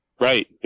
Right